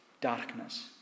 darkness